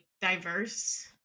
diverse